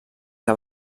què